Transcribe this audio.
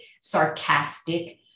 sarcastic